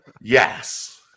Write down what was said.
Yes